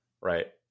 Right